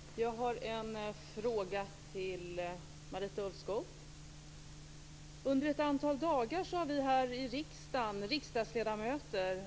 Fru talman! Jag har en fråga till Marita Ulvskog. Under ett antal dagar har vi riksdagsledamöter